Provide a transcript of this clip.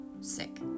sick